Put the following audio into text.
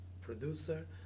producer